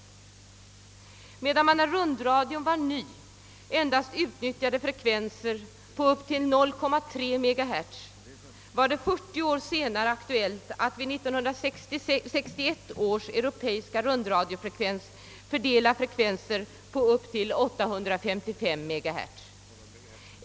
Under det att man när rundradion var ny endast nyttjade frekvenser på upptill 0,3 MHz var det 40 år senare aktuellt att vid 1961 års europeiska rundradiokonferens fördela frekvenser på upp till 855 MHz.